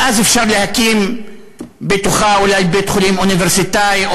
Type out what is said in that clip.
ואז אפשר להקים בתוכה אולי בית-חולים אוניברסיטאי,